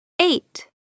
eight